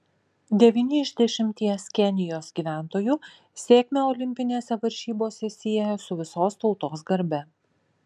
devyni iš dešimties kenijos gyventojų sėkmę olimpinėse varžybose sieja su visos tautos garbe